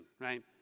right